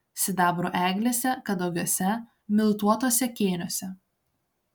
sidabro eglėse kadagiuose miltuotuose kėniuose